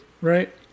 right